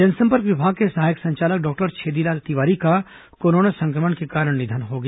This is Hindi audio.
जनसंपर्क विभाग के सहायक संचालक डॉक्टर छेदीलाल तिवारी का कोरोना संक्रमण के कारण निधन हो गया